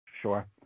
Sure